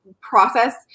process